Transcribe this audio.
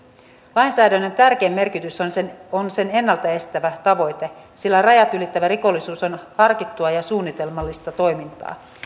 lainsäädännön tärkein merkitys on sen ennalta estävä tavoite sillä rajat ylittävä rikollisuus on on harkittua ja suunnitelmallista toimintaa